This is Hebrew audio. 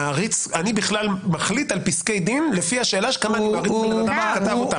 אני בכלל מחליט על פסקי דין לפי השאלה כמה אני מעריץ בן אדם שכתב אותם.